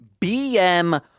BM